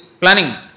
planning